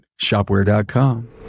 Shopware.com